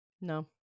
No